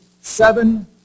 seven